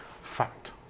Fact